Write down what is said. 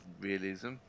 realism